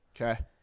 Okay